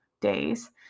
days